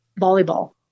volleyball